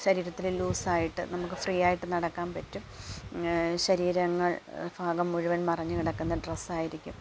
ശരീരത്തില് ലൂസ് ആയിട്ട് നമുക്ക് ഫ്രീ ആയിട്ട് നടക്കാൻ പറ്റും ശരീരങ്ങൾ ഭാഗം മുഴുവൻ മറഞ്ഞു കിടക്കുന്ന ഡ്രസ്സ് ആയിരിക്കും